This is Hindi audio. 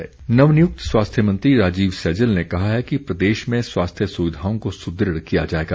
सैजल नवनियुक्त स्वास्थ्य मंत्री राजीव सैजल ने कहा है कि प्रदेश में स्वास्थ्य सुविधाओं को सुदृढ़ किया जाएगा